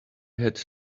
had